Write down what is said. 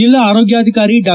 ಜಿಲ್ಲಾ ಆರೋಗ್ಲಾಧಿಕಾರಿ ಡಾ